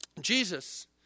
Jesus